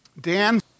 Dan